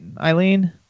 Eileen